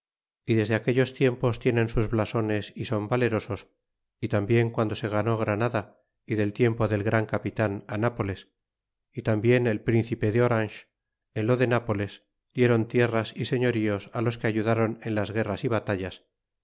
y desde aquellos tiempos tienen sus blasones y son valerosos y tarnbien guando se ganó granada y del tiempo del gran capitan nápoles y tambien el príncipe de orange en lo de nápoles dieron tierras y señoríos á los que ayudron en las guerras y batallas